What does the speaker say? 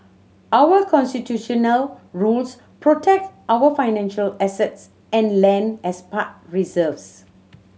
our Constitutional rules protect our financial assets and land as past reserves